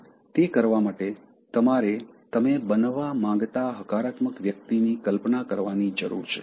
તે કરવા માટે તમારે તમે બનવા માંગતા હકારાત્મક વ્યક્તિની કલ્પના કરવાની જરૂર છે